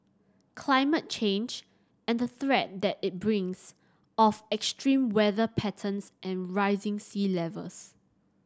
climate change and the threat that it brings of extreme weather patterns and rising sea levels